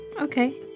Okay